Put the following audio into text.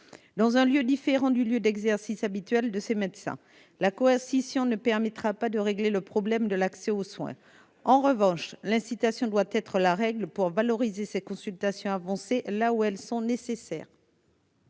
dans un lieu différent du lieu d'exercice habituel de ses médecins la coercition ne permettra pas de régler le problème de l'accès aux soins, en revanche, l'incitation doit être la règle pour valoriser ses consultations avancées là où elles sont nécessaires.